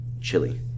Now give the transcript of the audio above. chili